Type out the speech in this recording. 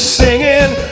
singing